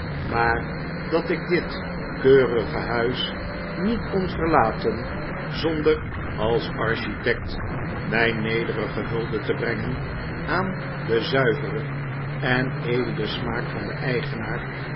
maar dat ik dit keurige huis niet kon verlaten zonder als architect mijn nederige hulde te brengen aan den zuiveren en edelen smaak van den eigeriaar